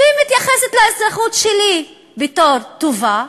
שמתייחסים לאזרחות שלי בתור טובה,